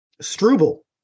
Struble